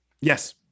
Yes